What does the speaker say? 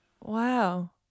Wow